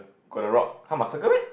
got the rock !huh! must circle meh